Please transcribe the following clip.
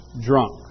drunk